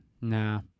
nah